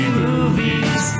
movies